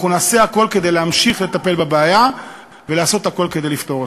אנחנו נעשה הכול כדי להמשיך לטפל בבעיה ולעשות הכול כדי לפתור אותה.